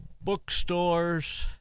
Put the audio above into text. bookstores